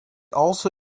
also